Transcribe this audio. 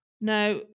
Now